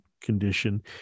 condition